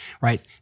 Right